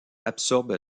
absorbe